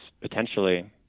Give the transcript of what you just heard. potentially